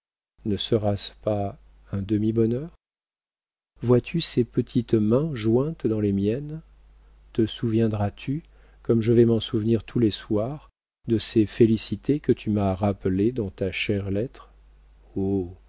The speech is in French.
ne sera-ce pas un demi bonheur vois-tu ces petites mains jointes dans les miennes te souviendras tu comme je vais m'en souvenir tous les soirs de ces félicités que tu m'as rappelées dans ta chère lettre